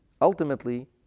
ultimately